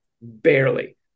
Barely